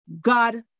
God